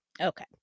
Okay